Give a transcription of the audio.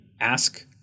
ask